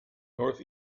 north